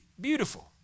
Beautiful